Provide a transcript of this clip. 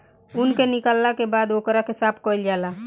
ऊन के निकालला के बाद ओकरा के साफ कईल जाला